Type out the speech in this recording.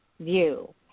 view